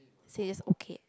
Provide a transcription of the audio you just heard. says okay